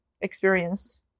experience